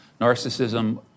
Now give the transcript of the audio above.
narcissism